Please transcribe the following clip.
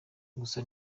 gusa